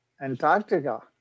Antarctica